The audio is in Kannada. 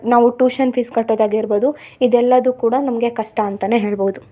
ನಾವು ಟುಶನ್ ಫೀಸ್ ಕಟ್ಟೋದಾಗಿರ್ಬೌದು ಇದೆಲ್ಲದು ಕೂಡ ನಮಗೆ ಕಷ್ಟ ಅಂತಾ ಹೇಳ್ಬೌದು